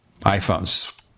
iPhones